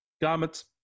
garments